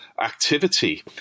activity